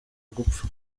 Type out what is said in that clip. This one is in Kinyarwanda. gupfa